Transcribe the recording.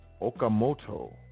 Okamoto